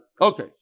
Okay